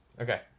Okay